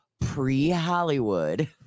pre-Hollywood